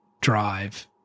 drive